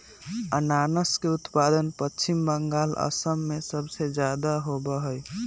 अनानस के उत्पादन पश्चिम बंगाल, असम में सबसे ज्यादा होबा हई